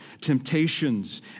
temptations